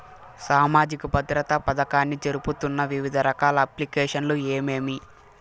సామాజిక భద్రత పథకాన్ని జరుపుతున్న వివిధ రకాల అప్లికేషన్లు ఏమేమి?